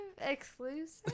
exclusive